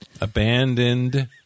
Abandoned